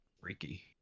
Freaky